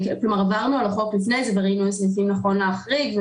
עברנו על החוק לפני כן וראינו אילו סעיפים נכון להחריג.